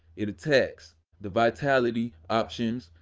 it attacks the vitality, options,